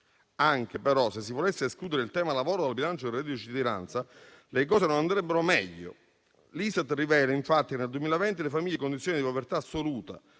anche si volesse escludere il tema del lavoro dal bilancio del reddito di cittadinanza, le cose non andrebbero meglio. L'ISTAT rivela, infatti, che nel 2020 le famiglie in condizione di povertà assoluta,